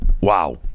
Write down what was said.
Wow